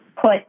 put